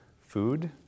food